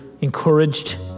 encouraged